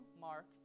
Mark